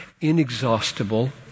inexhaustible